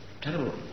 terrible